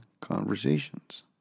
conversations